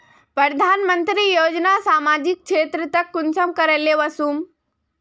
प्रधानमंत्री योजना सामाजिक क्षेत्र तक कुंसम करे ले वसुम?